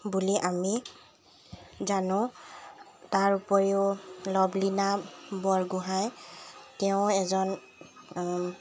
বুলি আমি জানো তাৰ উপৰিও লভলীনা বৰগোঁহাই তেওঁ এজন